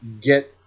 Get